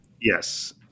Yes